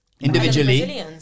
individually